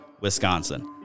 Wisconsin